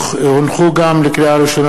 לקריאה ראשונה,